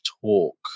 talk